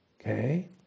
Okay